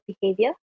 behavior